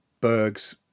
Berg's